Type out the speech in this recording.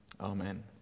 Amen